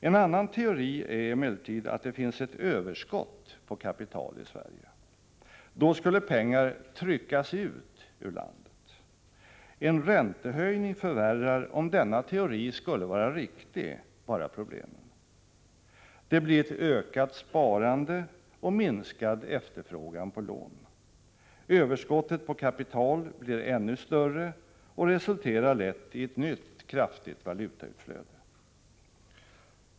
En annan teori är emellertid att det finns ett överskott på kapital i Sverige. Då skulle pengar ”tryckas ut” ur landet. En räntehöjning förvärrar, om denna teori skulle vara riktig, endast problemen. Det blir ett ökat sparande och minskad efterfrågan på lån. Överskottet på kapital blir ännu större och resulterar lätt i ett nytt kraftigt valutautflöde.